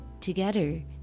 together